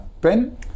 Ben